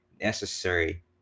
necessary